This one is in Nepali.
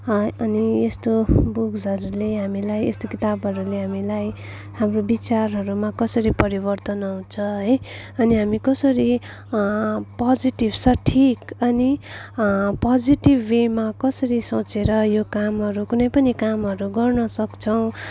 हा अनि यस्तो बुक्सहरूले हामीलाई यस्तो किताबहरूले हामीलाई हाम्रो विचारहरूमा कसरी परिवर्तन आउँछ है अनि हामी कसरी पोजिटिभ सठिक अनि पोजिटिभ वेमा कसरी सोचेर यो कामहरू कुनै पनि कामहरू गर्न सक्छौँ